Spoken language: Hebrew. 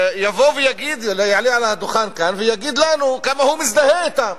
יעלה על הדוכן כאן ויגיד לנו כמה הוא מזדהה אתם,